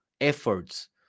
efforts